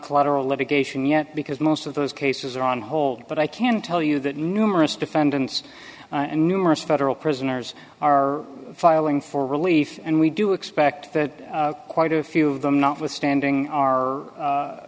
collateral litigation yet because most of those cases are on hold but i can tell you that numerous defendants and numerous federal prisoners are filing for relief and we do expect that quite a few of them notwithstanding are u